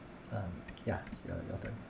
um ya is your your turn